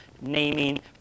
naming